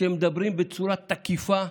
שמדברים בצורה תקיפה,